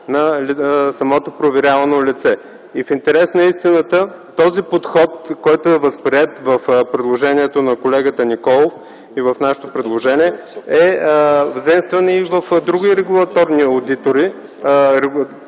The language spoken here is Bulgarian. на самото проверявано лице. В интерес на истината този подход, който е възприет от предложението на колегата Николов и от нашето предложение, е заимстван и в други регулаторни одитори